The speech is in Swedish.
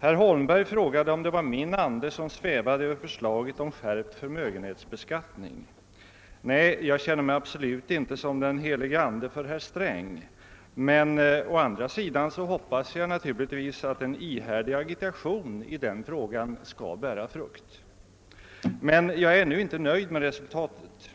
Herr Holmberg undrade, om det var min ande som svävade över förslaget om skärpt förmögenhetsbeskattning. Nej, jag känner mig absolut inte som den helige Ande för herr Sträng, men å andra sidan hoppas jag naturligtvis att en ihärdig agitation i denna fråga skall bära frukt. Jag är dock ännu inte nöjd med resultatet.